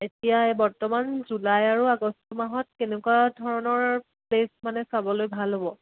এতিয়া বৰ্তমান জুলাই আৰু আগষ্ট মাহত কেনেকুৱা ধৰণৰ প্লেছ মানে চাবলৈ ভাল হ'ব